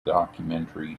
documentary